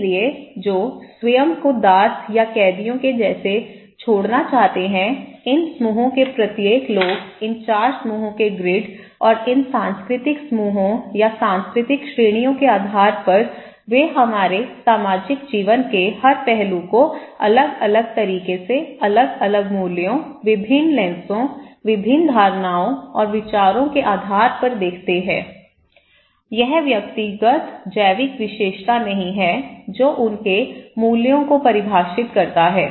इसलिए जो स्वयं को दास या कैदियों के जैसे छोड़ना चाहते हैं इन समूहों के प्रत्येक लोग इन 4 समूहों के ग्रिड और इन सांस्कृतिक समूहों या सांस्कृतिक श्रेणियों के आधार पर वे हमारे सामाजिक जीवन के हर पहलू को अलग अलग तरीके से अलग अलग मूल्यों विभिन्न लेंसों विभिन्न धारणाओं और विचारों के आधार पर देखते हैं यह व्यक्तिगत जैविक विशेषता नहीं है जो उनके मूल्यों को परिभाषित करता है